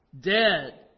dead